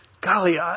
golly